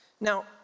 Now